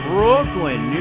Brooklyn